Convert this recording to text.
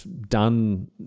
done